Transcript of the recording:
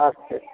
আচ্ছা